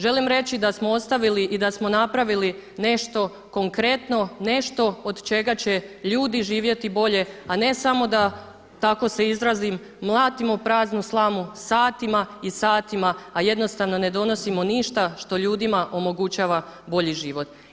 Želim reći da smo ostavili i da smo napravili nešto konkretno, nešto od čega će ljudi živjeti bolje, a ne samo da tako se izrazim, mlatimo praznu slamu satima i satima, a jednostavno ne donosimo ništa što ljudima omogućava bolji život.